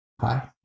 Hi